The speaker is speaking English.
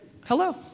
Hello